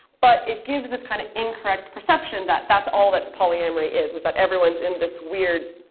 but it gives this kind of incorrect perception that that's all that polyamory is, is that everyone's in this weird,